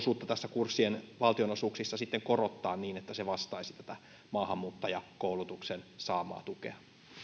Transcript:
kurssien valtionosuuksia sitten korottaa niin että se vastaisi tätä maahanmuuttajakoulutuksen saamaa tukea